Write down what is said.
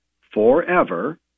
forever